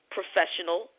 professional